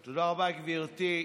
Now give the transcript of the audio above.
תודה רבה, גברתי.